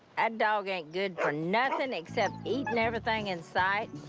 and dog ain't good for nothin'. except eating everything in sight.